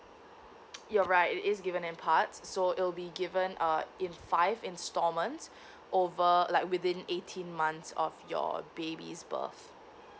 you're right it is given in part so it will be given uh in five instalments over like within eighteen months of your baby's birth